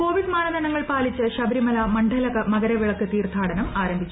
Covid മാനദണ്ഡങ്ങൾ പാലിച്ച് ശബരിമല മണ്ഡല മകരവിളക്ക് തീർത്ഥാടനം ആരംഭിച്ചു